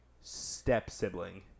step-sibling